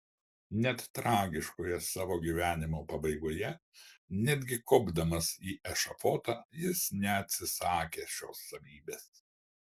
net tragiškoje savo gyvenimo pabaigoje netgi kopdamas į ešafotą jis neatsisakė šios savybės